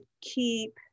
keep